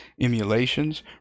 emulations